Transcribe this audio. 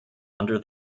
under